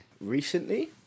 Recently